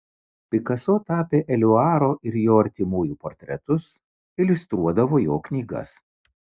pikaso tapė eliuaro ir jo artimųjų portretus iliustruodavo jo knygas